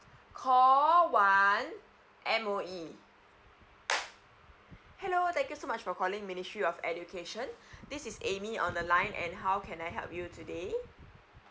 call one M_O_E hello thank you so much for calling ministry of education this is amy on the line and how can I help you today